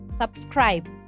subscribe